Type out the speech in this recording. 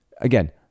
Again